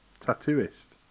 tattooist